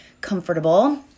comfortable